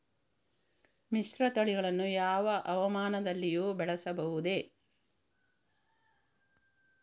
ಮಿಶ್ರತಳಿಗಳನ್ನು ಯಾವ ಹವಾಮಾನದಲ್ಲಿಯೂ ಬೆಳೆಸಬಹುದೇ?